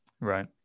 right